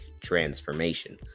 transformation